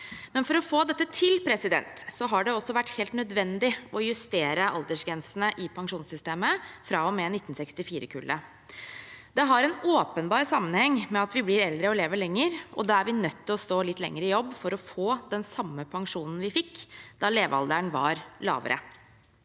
For å få dette til har det også vært helt nødvendig å justere aldersgrensene i pensjonssystemet, fra og med 1964-kullet. Det har en åpenbar sammenheng med at vi blir eldre og lever lenger, og da er vi nødt til å stå litt lenger i jobb for å få den samme pensjonen som vi fikk da levealderen var lavere.